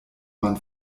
mann